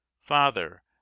father